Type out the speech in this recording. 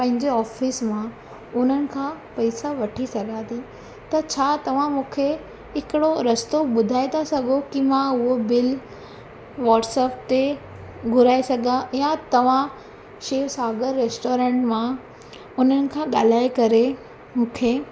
पंहिंजो ऑफ़िस मां उन्हनि खां पैसा वठी सघां थी त छा तव्हां मूंखे हिकिड़ो रस्तो ॿुधाए था सघो की मां उहा बिल वॉट्सअप ते घुराए सघा या तव्हां शिव सागर रेस्टोरेंट मां उन्हनि खां ॻाल्हाए करे मूंखे